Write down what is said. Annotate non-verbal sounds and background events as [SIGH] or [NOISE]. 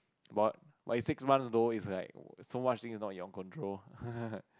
but it's six months though it's like so much things are not in your control [LAUGHS]